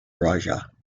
raja